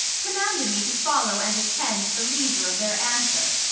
commanded me to follow and attend the leisure of their answer,